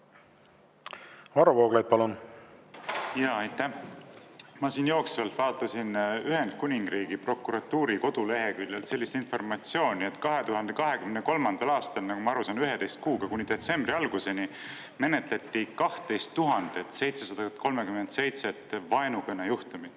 Varro Vooglaid, palun! Aitäh! Ma siin jooksvalt vaatasin Ühendkuningriigi prokuratuuri koduleheküljelt sellist informatsiooni, et 2023. aastal, nagu ma aru sain, 11 kuuga, kuni detsembri alguseni, menetleti 12 737 vaenukõne juhtumit